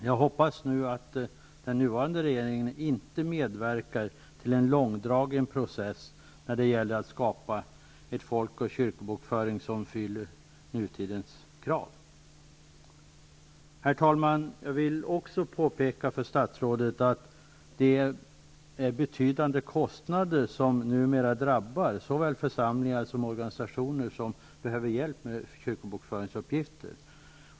Jag hoppas att den nuvarande regeringen inte medverkar till en långdragen process när det gäller att skapa en folkoch kyrkobokföring som motsvarar nutidens krav. Herr talman! Jag vill också påpeka för statsrådet att det är betydande kostnader som numera drabbar såväl församlingar som organisationer som behöver hjälp med kyrkobokföringsuppgifter.